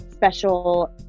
special